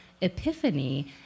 epiphany